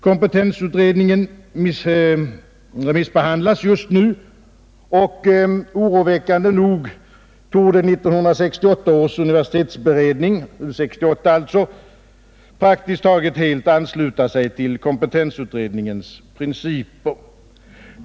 Kompetensutredningens arbete remissbehandlas just nu, och oroväckande nog torde 1968 års universitetsutredning — U 68 — praktiskt taget helt ansluta sig till kompetensutredningens principer.